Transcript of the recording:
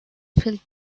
filled